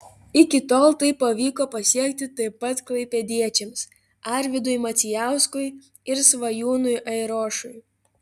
iki tol tai pavyko pasiekti taip pat klaipėdiečiams arvydui macijauskui ir svajūnui airošiui